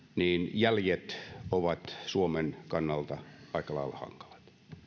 jäljet ovat suomen kannalta aika lailla hankalat